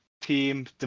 team